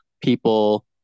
people